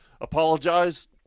apologize